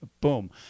boom